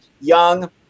young